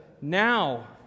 now